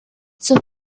sus